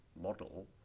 model